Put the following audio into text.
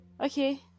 Okay